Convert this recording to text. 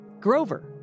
Grover